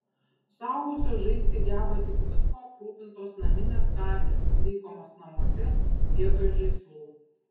suaugusios žaisti geba tik viskuo aprūpintos naminės katės laikomos namuose vietoj žaislų